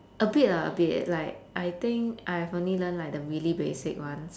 a bit lah a bit like I think I've only learnt like the really basic ones